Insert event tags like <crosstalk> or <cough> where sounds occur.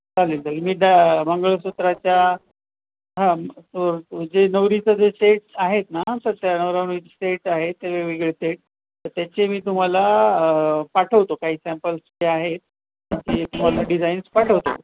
चालेल चालेल मी दा मंगळसूत्राच्या हां तो जे नवरीचं जे सेट्स आहेत ना स त्या नवरा <unintelligible> सेट आहेत ते वेगवेगळे सेट तर त्याचे मी तुम्हाला पाठवतो काही सॅम्पल्स जे आहेत <unintelligible> डिझाईन्स पाठवतो